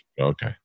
Okay